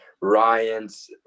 Ryan's